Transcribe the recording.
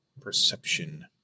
perception